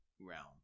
realm